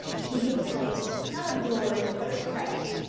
keeping a place, not of glory, but of credit,